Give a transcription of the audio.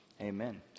Amen